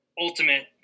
ultimate